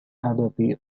adobe